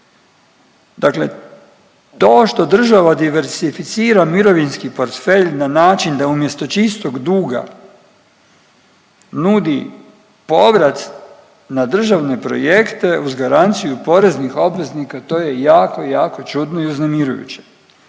Dakle to što država diverzificira mirovinski portfelj na način da umjesto čistog duga nudi povrat na državne projekte uz garanciju poreznih obveznika to je jako, jako čudno i uznemirujuće.